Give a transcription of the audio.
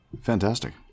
Fantastic